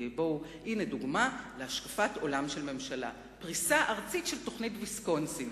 הנה דוגמה להשקפת עולם של ממשלה: פריסה ארצית של תוכנית ויסקונסין.